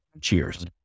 Cheers